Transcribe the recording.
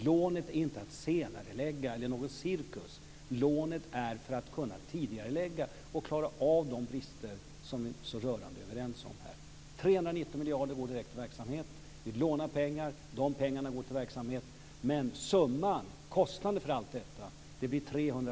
Lånet innebär inte att senarelägga, eller någon cirkus; lånet är till för att vi ska kunna tidigarelägga projekt och klara av de brister som vi är så rörande överens om här. 319 miljarder går direkt till verksamhet. Vi lånar pengar och de pengarna går direkt till verksamhet. Men summan, kostnaden för allt detta, blir